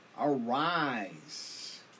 arise